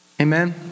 Amen